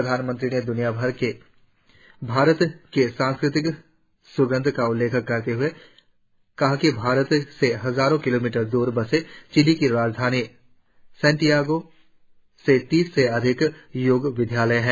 प्रधानमंत्री ने द्नियाभर में भारत के सांसकृतिक स्गंध का उल्लेख करते हुए कहा कि भारत से हजारों किलोमीटर दूर बसे चिली की राजधानी सांतियागो में तीस से अधिक योग विद्यालय हैं